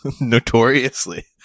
Notoriously